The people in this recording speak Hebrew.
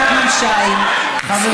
אדוני חבר הכנסת נחמן שי, חברים.